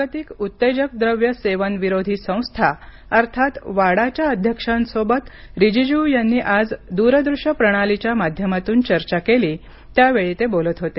जागतिक उत्तेजक द्रव्य सेवनविरोधी संस्था अर्थात वाडाच्या अध्यक्षांसोबत रिजिजू यांनी आज दूरदृश्य प्रणालीच्या माध्यमातून चर्चा केली त्यावेळी ते बोलत होते